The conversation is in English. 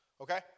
okay